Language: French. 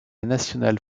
national